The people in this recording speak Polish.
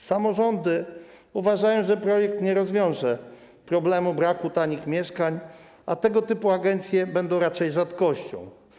Samorządy uważają, że projekt nie rozwiąże problemu braku tanich mieszkań, a tego typu agencje będą raczej rzadkością.